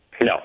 No